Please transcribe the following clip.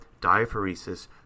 diaphoresis